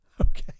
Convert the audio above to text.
Okay